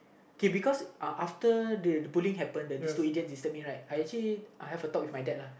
okay because after the bullying happened the these two idiots disturb me right I actually I had a talk with my dad uh